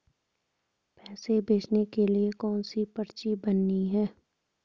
पैसे भेजने के लिए कौनसी पर्ची भरनी है?